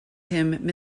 him